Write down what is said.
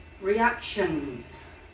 reactions